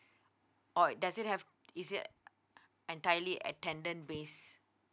or does it have is it entirely attendant based